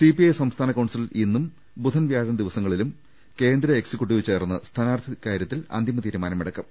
CPI സംസ്ഥാന council ഇന്നും ബുധൻ വ്യാഴം ദിവ സങ്ങളിൽ കേന്ദ്ര എക്സിക്യൂട്ടീവും ചേർന്ന് സ്ഥാനാർഥി കാര്യ ത്തിൽ അന്തിമ തീരുമാനമെടുക്കും